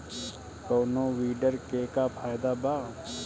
कौनो वीडर के का फायदा बा?